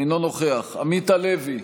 אינו נוכח עמית הלוי,